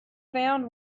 found